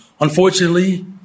unfortunately